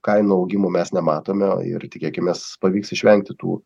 kainų augimo mes nematome ir tikėkimės pavyks išvengti tų